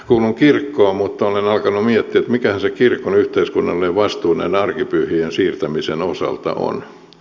kuulun kirkkoon mutta olen alkanut miettiä mikähän se kirkon yhteiskunnallinen vastuu näiden arkipyhien siirtämisen osalta on